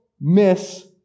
miss